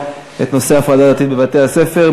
את נושא ההפרדה העדתית בבתי-הספר.